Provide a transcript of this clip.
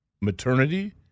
maternity